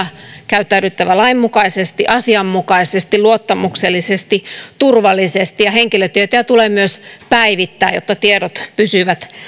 käyttäydyttävä lainmukaisesti asianmukaisesti luottamuksellisesti turvallisesti ja henkilötietoja tulee myös päivittää jotta tiedot pysyvät